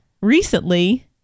recently